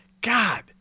God